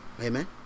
Amen